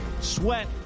sweat